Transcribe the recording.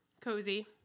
cozy